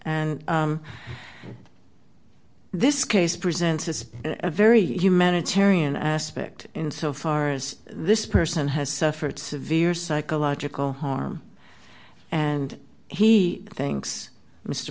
and this case presents is a very humanitarian aspect in so far as this person has suffered severe psychological harm and he thinks mr